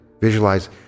visualize